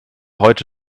heute